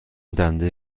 دنده